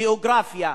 גיאוגרפיה,